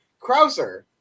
Krauser